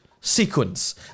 sequence